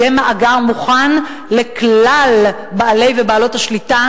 יהיה מאגר מוכן לכלל בעלי ובעלות השליטה